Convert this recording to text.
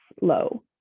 low